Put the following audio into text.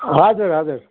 हजुर हजुर